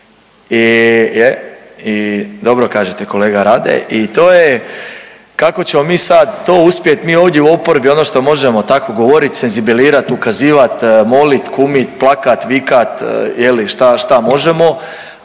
I dobro kažete kolega Rade i to je kako ćemo mi sad to uspjeti, mi ovdje u oporbi ono što možemo tako govorit, senzibilirat, ukazivat, molit, kumit, plakat, vikat je li šta možemo,